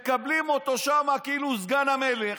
מקבלים אותו שם כאילו הוא סגן המלך,